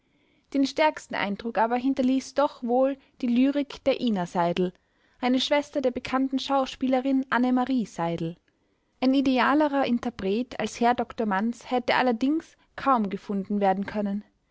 den stärksten eindruck aber hinterließ doch wohl die lyrik der ina seidel eine schwester der bekannten schauspielerin annemarie seidel ein idealerer interpret als herr dr manz hätte allerdings kaum gefunden werden können